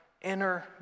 inner